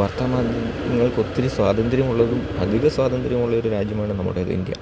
വാർത്താമാധ്യമങ്ങൾക്ക് ഒത്തിരി സ്വാതന്ത്ര്യമുള്ളതും അധിക സ്വാതന്ത്ര്യമുള്ളൊരു രാജ്യമാണ് നമ്മടേത് ഇന്ത്യ